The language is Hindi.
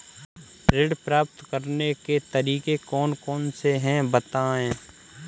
ऋण प्राप्त करने के तरीके कौन कौन से हैं बताएँ?